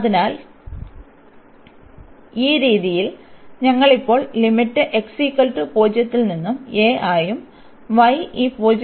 അതിനാൽ ഈ രീതിയിൽ ഞങ്ങൾ ഇപ്പോൾ ലിമിറ്റ് x 0 ൽ നിന്ന് a ആയും y ഈ 0 ൽ നിന്ന് x ആയും മാറ്റി